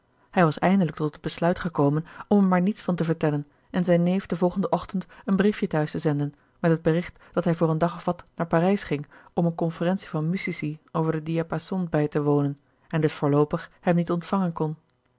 hij was eindelijk tot het besluit gekomen om er maar niets van te vertellen en zijn neef den volgenden ochtend een briefje t'huis te zenden met het bericht dat hij voor een dag of wat naar parijs ging om eene conferentie van musici over den diapason bij te wonen en dus voorloopig hem niet ontvangen kon